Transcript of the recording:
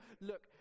look